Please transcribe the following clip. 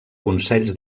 consells